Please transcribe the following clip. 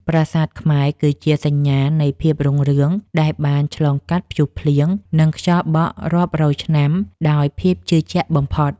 ប្រាសាទខ្មែរគឺជាសញ្ញាណនៃភាពរុងរឿងដែលបានឆ្លងកាត់ព្យុះភ្លៀង និង ខ្យល់បក់រាប់រយឆ្នាំដោយភាពជឿជាក់បំផុត។